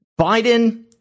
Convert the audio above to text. Biden